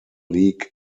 league